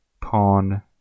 Pawn